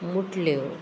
मुटल्यो